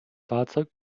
fahrzeug